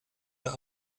der